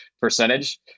percentage